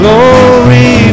Glory